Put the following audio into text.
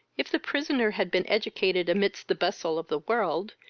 if the prisoner had been educated amidst the bustle of the world,